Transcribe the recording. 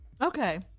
Okay